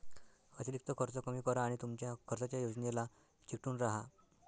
अतिरिक्त खर्च कमी करा आणि तुमच्या खर्चाच्या योजनेला चिकटून राहा